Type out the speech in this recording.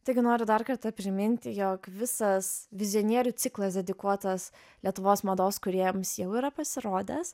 taigi noriu dar kartą priminti jog visas vizionierių ciklas dedikuotas lietuvos mados kūrėjams jau yra pasirodęs